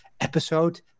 episode